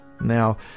Now